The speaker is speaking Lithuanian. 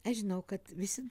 aš žinau kad visi